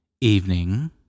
evening